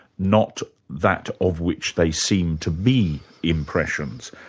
not that of which they seem to be impressions.